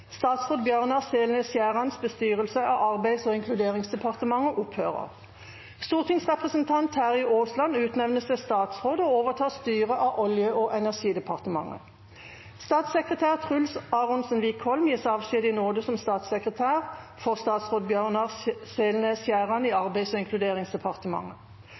Statsråd Bjørnar Selnes Skjærans bestyrelse av Arbeids- og inkluderingsdepartementet opphører. Stortingsrepresentant Terje Aasland utnevnes til statsråd og overtar styret av Olje- og energidepartementet. Statssekretær Truls Aronsen Wickholm gis avskjed i nåde som statssekretær for statsråd Bjørnar Selnes Skjæran i Arbeids- og inkluderingsdepartementet.